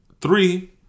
three